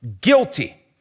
guilty